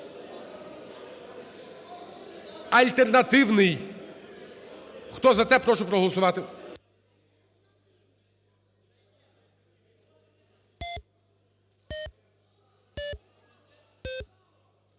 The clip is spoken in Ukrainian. Альтернативний. Хто за те, прошу проголосувати.